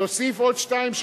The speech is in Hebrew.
תוסיף עוד שתיים,